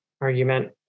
argument